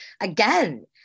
again